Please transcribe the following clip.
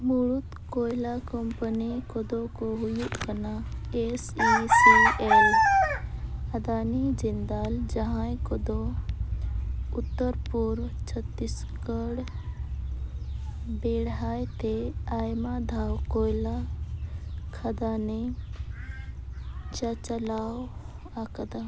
ᱢᱩᱲᱩᱫ ᱠᱚᱭᱞᱟ ᱠᱚᱢᱯᱟᱹᱱᱤ ᱠᱚᱫᱚ ᱠᱚ ᱦᱩᱭᱩᱜ ᱠᱟᱱᱟ S E C L Adani Jindal ᱡᱟᱦᱟᱸᱭ ᱠᱚᱫᱚ ᱩᱛᱛᱚᱨ ᱯᱩᱨ ᱪᱷᱚᱛᱤᱥᱜᱚᱲ ᱵᱮᱲᱦᱟᱭᱛᱮ ᱟᱭᱢᱟ ᱫᱷᱟᱣ ᱠᱚᱭᱞᱟ ᱠᱷᱟᱫᱟᱹᱱᱤ ᱪᱟᱪᱞᱟᱣ ᱟᱠᱟᱫᱟ